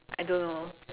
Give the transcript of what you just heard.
I don't know